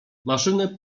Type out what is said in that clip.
maszyny